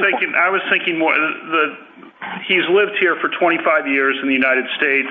thinking i was thinking more of the he's lived here for twenty five years in the united states